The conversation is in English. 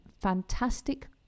fantastic